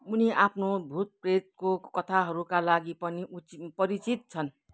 उनी आफ्नो भूत प्रेतको कथाहरूका लागि पनि चि परिचित छन्